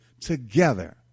together